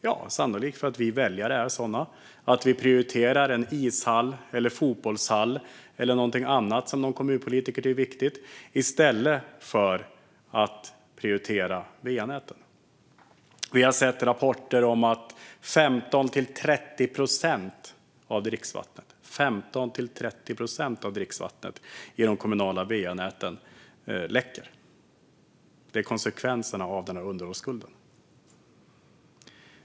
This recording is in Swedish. Sannolikt beror det på att vi väljare är sådana att vi prioriterar en ishall, en fotbollshall eller någonting annat som någon kommunpolitiker tycker är viktigt i stället för att prioritera va-nätet. Vi har sett rapporter om att 15-30 procent av dricksvattnet i de kommunala va-näten läcker ut. Det är konsekvenserna av underhållsskulden.